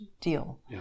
deal